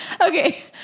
Okay